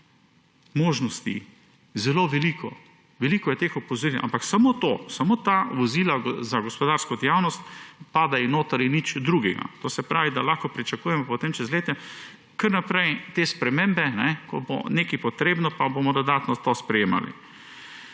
možnosti zelo velik, veliko je teh opozoril. Ampak samo ta vozila za gospodarsko dejavnost padejo noter in nič drugega. To se pravi, da lahko pričakujemo potem čez leta kar naprej te spremembe, – ko bo nekaj potrebno, pa bomo dodatno to sprejemali.